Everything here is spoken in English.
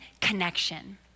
connection